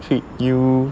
treat you